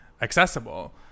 accessible